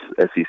SEC